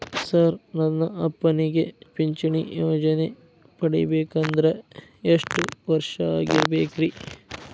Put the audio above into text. Sir ನನ್ನ ಅಪ್ಪನಿಗೆ ಪಿಂಚಿಣಿ ಯೋಜನೆ ಪಡೆಯಬೇಕಂದ್ರೆ ಎಷ್ಟು ವರ್ಷಾಗಿರಬೇಕ್ರಿ?